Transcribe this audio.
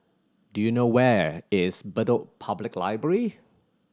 do you know where is Bedok Public Library